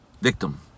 Victim